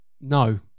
no